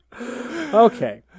Okay